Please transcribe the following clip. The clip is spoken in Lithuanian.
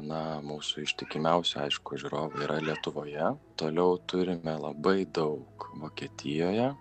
na mūsų ištikimiausi aišku žiūrovai yra lietuvoje toliau turime labai daug vokietijoje